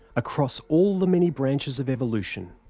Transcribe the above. across all the many branches of evolution,